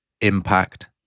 impact